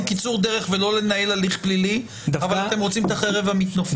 גם קיצור דרך ולא לנהל הליך פלילי וגם את החרב המתונפפת?